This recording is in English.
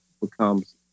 becomes